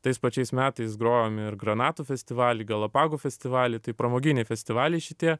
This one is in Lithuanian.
tais pačiais metais grojom ir granatų festivaly galapagų festivaly tai pramoginiai festivaliai šitie